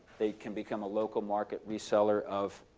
they can become a local market reseller of